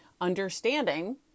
Understanding